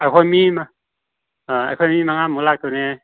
ꯑꯩꯈꯣꯏ ꯃꯤ ꯑꯩꯈꯣꯏ ꯃꯤ ꯃꯉꯥꯃꯨꯛ ꯂꯥꯛꯇꯣꯏꯅꯦ